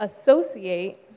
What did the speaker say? associate